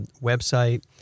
website